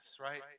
right